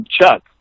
Chuck